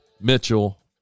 Mitchell